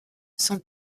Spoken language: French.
son